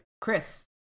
chris